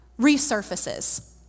resurfaces